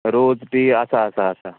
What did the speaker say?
रोज टी आसा आसा आसा